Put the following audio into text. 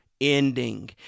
ending